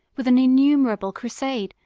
with an innumerable crusade,